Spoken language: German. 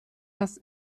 das